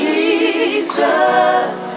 Jesus